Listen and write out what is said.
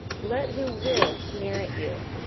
let who will sneer at you,